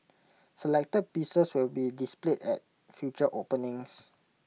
selected pieces will be displayed at future openings